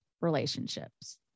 relationships